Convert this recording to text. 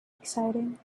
exciting